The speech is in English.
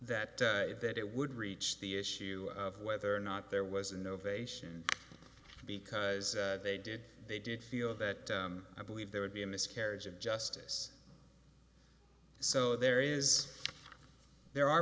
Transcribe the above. that that it would reach the issue of whether or not there was an innovation because they did they did feel that i believe there would be a miscarriage of justice so there is there are